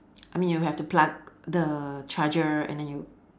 I mean you have to plug the charger and then you